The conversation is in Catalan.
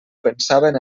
pensaven